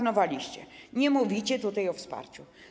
Nie mówicie tutaj o wsparciu.